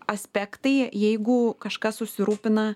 aspektai jeigu kažkas susirūpina